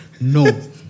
No